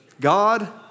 God